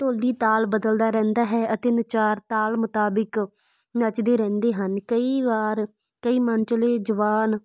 ਢੋਲੀ ਤਾਲ ਬਦਲਦਾ ਰਹਿੰਦਾ ਹੈ ਅਤੇ ਨਚਾਰ ਤਾਲ ਮੁਤਾਬਿਕ ਨੱਚਦੇ ਰਹਿੰਦੇ ਹਨ ਕਈ ਵਾਰ ਕਈ ਮਨਚਲੇ ਜਵਾਨ